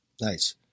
Nice